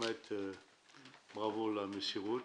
בראבו על המסירות.